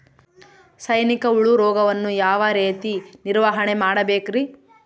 ಸೈನಿಕ ಹುಳು ರೋಗವನ್ನು ಯಾವ ರೇತಿ ನಿರ್ವಹಣೆ ಮಾಡಬೇಕ್ರಿ?